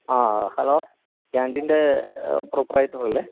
ആ ഹലോ ക്യാൻ്റീൻ്റെ പ്രൊപ്രൈറ്ററല്ലെ